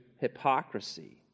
hypocrisy